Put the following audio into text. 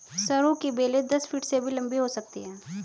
सरू की बेलें दस फीट से भी लंबी हो सकती हैं